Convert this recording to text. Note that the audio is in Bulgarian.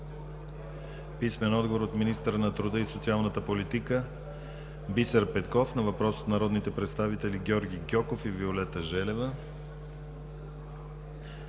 Румен Георгиев; - министъра на труда и социалната политика Бисер Петков на въпрос от народните представители Георги Гьоков и Виолета Желева;